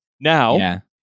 Now